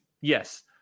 Yes